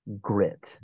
grit